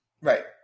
Right